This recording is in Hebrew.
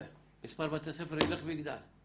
מספר בתי הספר ילך ויגדל,